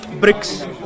bricks